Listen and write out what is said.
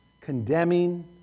condemning